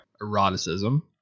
eroticism